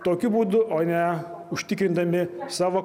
tokiu būdu o ne užtikrindami savo